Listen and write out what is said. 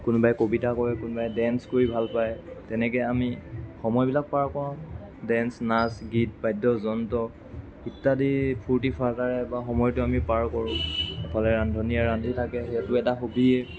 কোনোবাই কবিতা কৰে কোনোবাই ডেঞ্চ কৰি ভাল পায় তেনেকৈ আমি সময়বিলাক পাৰ কৰোঁ ডেঞ্চ নাচ গীত বাদ্যযন্ত্ৰ ইত্যাদি ফুৰ্তি ফাৰ্তাৰে সময়টো আমি পাৰ কৰোঁ ইফালে ৰান্ধনিয়ে ৰান্ধি থাকে সেইটো এটা হবীয়ে